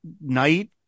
night